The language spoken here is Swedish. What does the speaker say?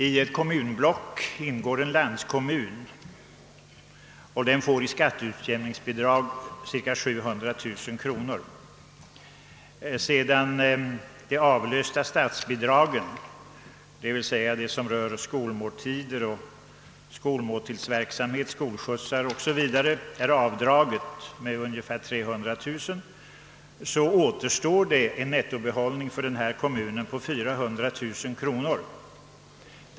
I ett kommunblock ingår en landskommun som får cirka 700 000 kronor i skatteutjämningsbidrag. Sedan det avlösta statsbidraget, alltså det som rör skolmåltider, skolskjutsar 0. s. v., dragits ifrån med ungefär 300 000 kronor återstår en nettobehållning för kommunen på 400 000 kronor.